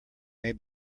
may